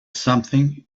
something